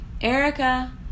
erica